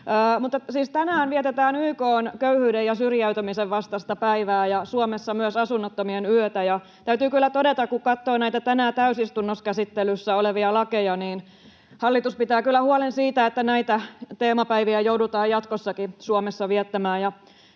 tänään vietetään YK:n köyhyyden ja syrjäytymisen vastaista päivää ja Suomessa myös Asunnottomien yötä, ja täytyy kyllä todeta, kun katsoo näitä tänään täysistunnossa käsittelyssä olevia lakeja, että hallitus pitää kyllä huolen siitä, että näitä teemapäiviä joudutaan jatkossakin Suomessa viettämään.